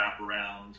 wraparound